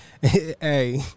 Hey